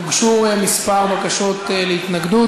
הוגשו כמה בקשות להתנגד,